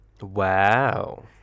Wow